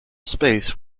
space